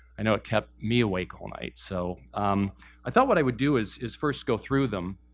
i know it kept me awake all night. so um i thought what i would do is is first go through them.